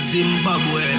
Zimbabwe